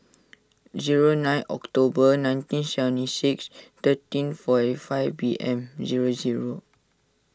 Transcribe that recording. zero nine October nineteen seventy six thirteen forty five P M zero zero